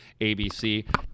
ABC